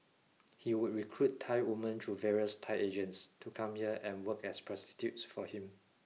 he would recruit Thai women through various Thai agents to come here and work as prostitutes for him